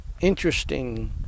interesting